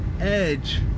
edge